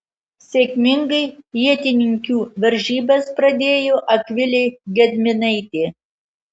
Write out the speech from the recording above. sėkmingai ietininkių varžybas pradėjo akvilė gedminaitė